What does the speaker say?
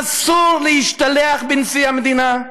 אסור להשתלח בנשיא המדינה,